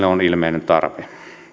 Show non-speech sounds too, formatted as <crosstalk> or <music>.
<unintelligible> on ilmeinen tarve